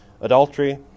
adultery